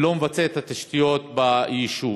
ולא מבצע את התשתיות ביישוב.